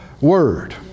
Word